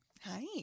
hi